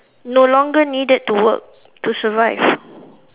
no longer needed to work to survive